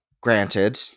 Granted